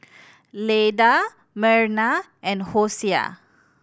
Leda Merna and Hosea